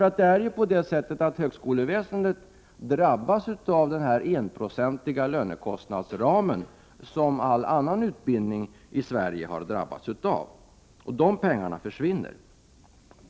Högskoleväsendet drabbas nämligen av den enprocentiga lönekostnadsram som alla andra utbildningar i Sverige har drabbats av. De pengarna försvinner.